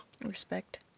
Respect